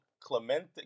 Clemente